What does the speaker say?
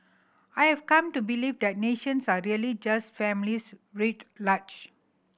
I have come to believe that nations are really just families writ large